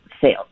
sales